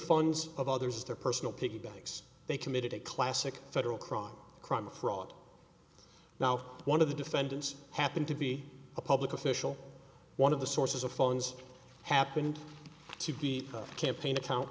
funds of others their personal piggy banks they committed a classic federal crime a crime of fraud now one of the defendants happened to be a public official one of the sources of phones happened to be a campaign account